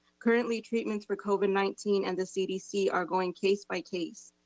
currently treatments for covid nineteen and the cdc are going case by case.